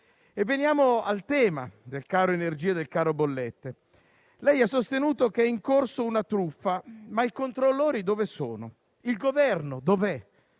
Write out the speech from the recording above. Veniamo al tema del caro energia e del caro bollette. Lei ha sostenuto che è in corso una truffa, ma i controllori dove sono? Il Governo dov'è?